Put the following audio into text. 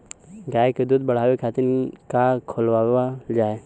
गाय क दूध बढ़ावे खातिन का खेलावल जाय?